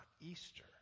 Easter